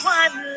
one